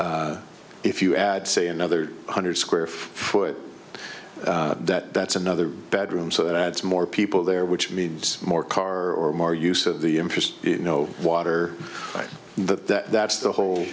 if you add say another one hundred square foot that that's another bedroom so that adds more people there which means more car or more use of the interest no water in that it's the whole